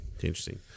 interesting